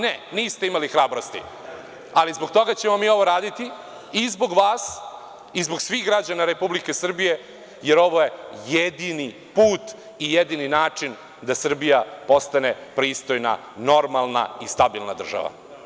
Ne, niste imali hrabrosti, ali zbog toga ćemo mi ovo raditi i zbog vas i zbog svih građana Republike Srbije, jer ovo je jedini put i jedini način da Srbija postane pristojna, normalna, stabilna država.